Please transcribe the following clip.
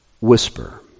whisper